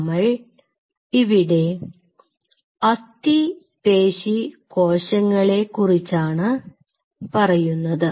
നമ്മൾ ഇവിടെ അസ്ഥിപേശി കോശങ്ങളെ കുറിച്ചാണ് പറയുന്നത്